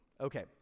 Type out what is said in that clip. Okay